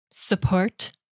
Support